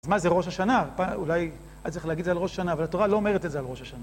אז מה זה ראש השנה? אולי היה צריך להגיד את זה על ראש השנה, אבל התורה לא אומרת את זה על ראש השנה.